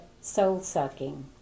soul-sucking